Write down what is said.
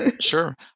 Sure